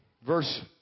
Verse